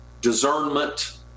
discernment